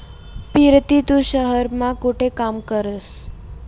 पिरती तू शहेर मा कोठे काम करस?